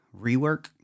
rework